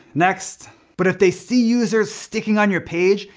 next! but if they see users sticking on your page,